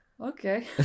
okay